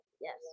Yes